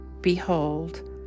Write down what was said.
behold